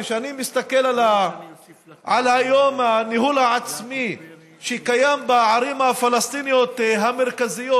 כשאני מסתכל היום על הניהול העצמי שקיים בערים הפלסטיניות המרכזיות,